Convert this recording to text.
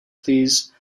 pleas